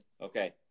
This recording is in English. Okay